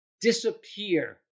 disappear